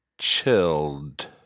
Chilled